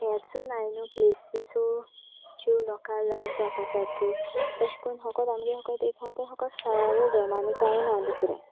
हेचो ना न्यू प्लेसीसो ज्लायो लोका लायक जावपा सारक्यो त्यो तेश कोनक आमगे एक आहा तेंक सालावली डेम आनी कांय ना दुसरें